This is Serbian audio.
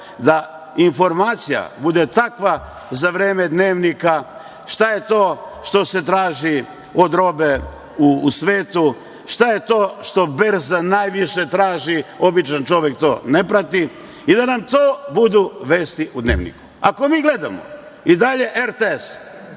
ali informacija treba da bude takva za vreme dnevnika, šta je to što se traži od robe u svetu, šta je to što berza najviše traži? Običan čovek to ne prati. To treba da nam budu vesti u dnevniku. Ako mi gledamo i dalje RTS,